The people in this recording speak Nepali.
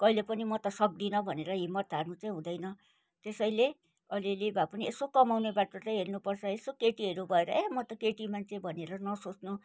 कहिले पनि म त सक्दिनँ भनेर हिम्मत हार्नु चाहिँ हुँदैन त्यसैले अलिअलि भए पनि यसो कमाउने बाटो चाहिँ हेर्नुपर्छ यसो केटीहरू भएर ए म त केटी मान्छे भनेर नसोच्नु